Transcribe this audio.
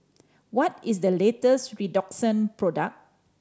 what is the latest Redoxon product